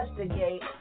investigate